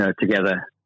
together